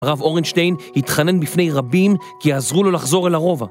רב אורנשטיין התכנן בפני רבים כי יעזרו לו לחזור אל הרובע.